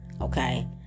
Okay